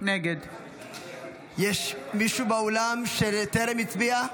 נגד יש מישהו באולם שטרם הצביע?